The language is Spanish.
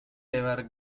llevar